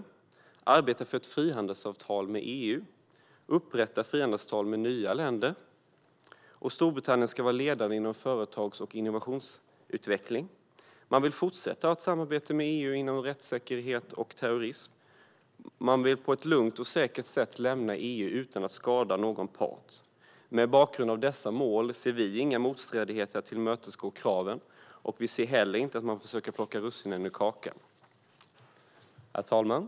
Man vill arbeta för ett frihandelsavtal med EU och upprätta frihandelsavtal med nya länder. Storbritannien ska också vara ledande inom företags och innovationsutveckling. Man vill fortsätta att ha ett samarbete med EU inom rättssäkerhet och terrorism. Man vill på ett lugnt och säkert sätt lämna EU utan att skada någon part. Mot bakgrund av dessa mål ser vi inga problem med att tillmötesgå kraven, och vi ser inte heller att man försöker plocka russinen ur kakan. Herr talman!